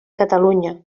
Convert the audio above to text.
catalunya